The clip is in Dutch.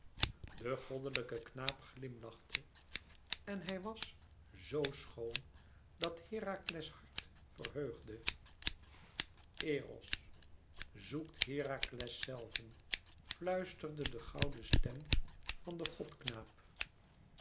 de goddelijke knaap glimlachte en hij was zo schoon dat herakles hart verheugde eros zoekt herakles zelven fluisterde de gouden stem van den